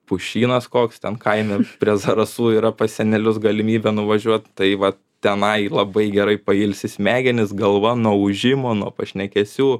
pušynas koks ten kaime prie zarasų yra pas senelius galimybė nuvažiuot tai va tenai labai gerai pailsi smegenys galva nuo ūžimo nuo pašnekesių